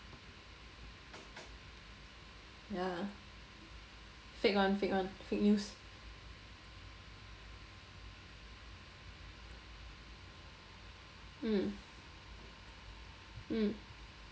ya fake [one] fake [one] fake news mm mm